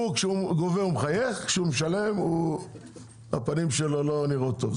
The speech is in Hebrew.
כשהוא גובה הוא מחייך וכשהוא משלם הפנים שלו לא נראות טוב,